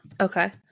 Okay